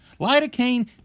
Lidocaine